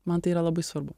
man tai yra labai svarbu